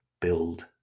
build